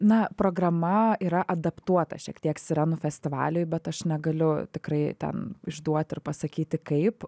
na programa yra adaptuota šiek tiek sirenų festivaliui bet aš negaliu tikrai ten išduoti ir pasakyti kaip